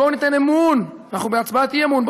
בואו ניתן אמון, אנחנו בהצבעת אי-אמון.